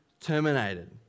terminated